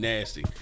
Nasty